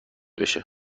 بشه